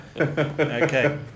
Okay